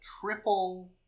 triple